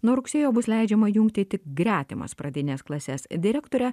nuo rugsėjo bus leidžiama jungti tik gretimas pradines klases direktore